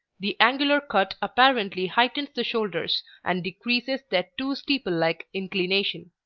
the angular cut apparently heightens the shoulders and decreases their too steeple-like inclination.